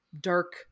dark